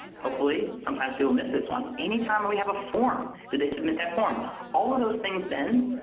hopefully, sometimes people miss this one, any time we have a form, they submit that form? all of those things then,